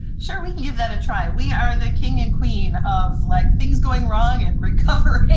sure, we can give that a try. we are the king and queen of like things going wrong and recovering,